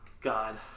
God